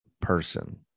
person